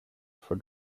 for